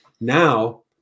Now